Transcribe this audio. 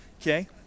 Okay